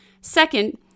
Second